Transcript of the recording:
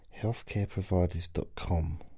healthcareproviders.com